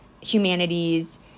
humanities